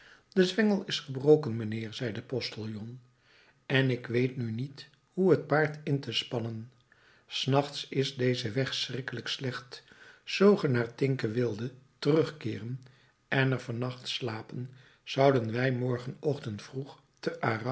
de zwengel is gebroken mijnheer zei de postillon en ik weet nu niet hoe het paard in te spannen s nachts is deze weg schrikkelijk slecht zoo ge naar tinques wildet terugkeeren en er van nacht slapen zouden wij morgenochtend vroeg te arras